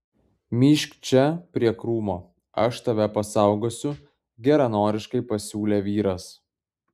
myžk čia prie krūmo aš tave pasaugosiu geranoriškai pasiūlė vyras